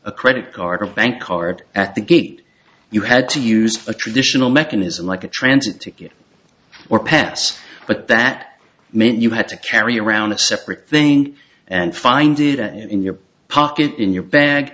a credit card or a bank card at the gate you had to use a traditional mechanism like a transit ticket or pass but that meant you had to carry around a separate thing and find it and in your pocket in your bag